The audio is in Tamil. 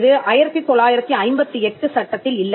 இது 1958 சட்டத்தில் இல்லை